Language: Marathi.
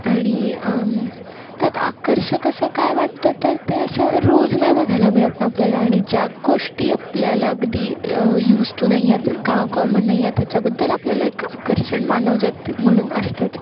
आणि त्यात आकर्षक असं काय वाटतं तर ते असं रोज नाही बघायला मिळत ना आपल्याला आणि ज्या गोष्टी आपल्याला अगदी यूज टू नाही आहे तर का कॉमन नाही आहे त्याच्याबद्दल आपल्याला एक आकर्षण मानव जात म्हणून असतंच